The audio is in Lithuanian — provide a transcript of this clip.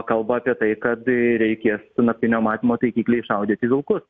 kalba apie tai kad reikės su naktinio matymo taikikliais šaudyti vilkus